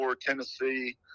Tennessee